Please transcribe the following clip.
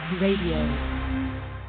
Radio